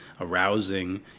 arousing